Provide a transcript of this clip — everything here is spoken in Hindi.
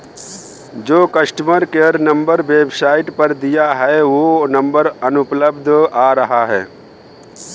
जो कस्टमर केयर नंबर वेबसाईट पर दिया है वो नंबर अनुपलब्ध आ रहा है